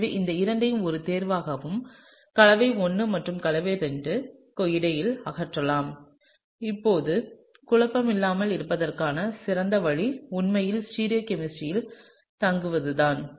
எனவே இந்த இரண்டையும் ஒரு தேர்வாகவும் கலவை I மற்றும் கலவை II க்கும் இடையில் அகற்றலாம் இப்போது குழப்பமடையாமல் இருப்பதற்கான சிறந்த வழி உண்மையில் ஸ்டீரியோ கெமிஸ்ட்ரியில் தங்குவதுதான்